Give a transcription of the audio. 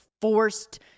forced